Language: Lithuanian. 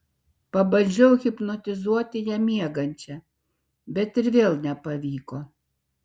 pabandžiau hipnotizuoti ją miegančią bet ir vėl nepavyko